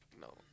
No